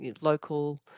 local